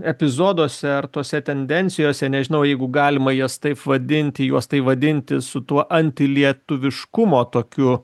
epizoduose ar tose tendencijose nežinau jeigu galima jas taip vadinti juos tai vadinti su tuo antilietuviškumo tokiu